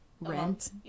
rent